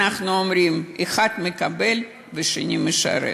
אנחנו אומרים: האחד מקבל והשני משרת.